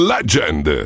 Legend